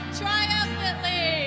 triumphantly